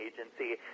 Agency